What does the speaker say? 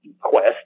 quest